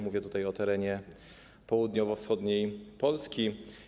Mówię tutaj o terenach południowo-wschodniej Polski.